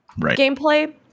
gameplay